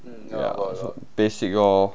ya so basic lor